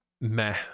meh